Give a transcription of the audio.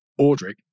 Audric